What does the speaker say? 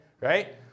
right